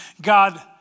God